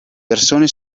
persone